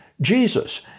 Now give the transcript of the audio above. Jesus